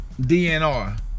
DNR